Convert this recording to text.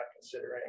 considering